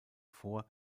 vor